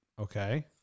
Okay